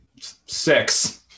Six